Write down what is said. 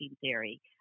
theory